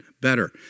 better